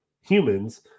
humans